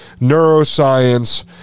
neuroscience